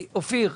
אופיר,